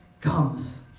comes